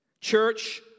Church